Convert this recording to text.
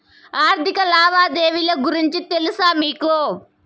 ఆర్థిక లావాదేవీల గురించి తెలుసా మీకు